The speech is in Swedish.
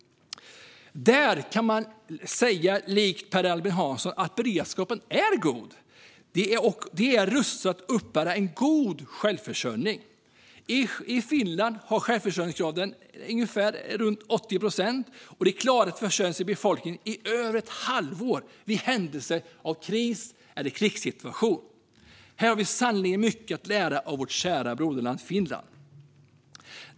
Där kan de, likt Per Albin Hansson, säga att beredskapen är god. De är rustade att uppbära en god självförsörjning. Finland har en självförsörjningsgrad på ungefär 80 procent, och klarar att försörja sin befolkning i över ett halvår i händelse av kris eller krigssituation. Här har vi sannerligen mycket att lära av vårt kära broderland Finland.